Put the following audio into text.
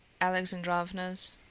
Alexandrovna's